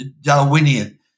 Darwinian